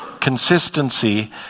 consistency